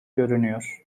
görünüyor